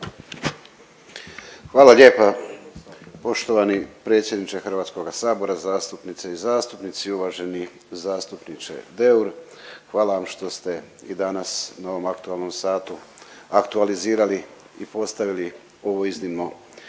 Hvala lijepa poštovani predsjedniče Hrvatskoga sabora, zastupnice i zastupnici, uvaženi zastupniče Deur. Hvala vam što ste i danas na ovom aktualnom satu aktualizirali i postavili ovo iznimno